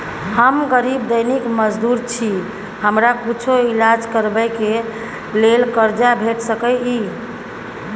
हम गरीब दैनिक मजदूर छी, हमरा कुछो ईलाज करबै के लेल कर्जा भेट सकै इ?